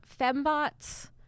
Fembots